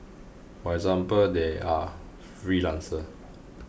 for example they are freelancers